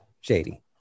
Shady